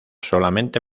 solamente